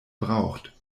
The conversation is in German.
braucht